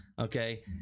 okay